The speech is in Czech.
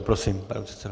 Prosím, pane předsedo.